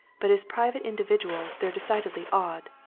but as private individuals they're decidedly odd.